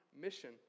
mission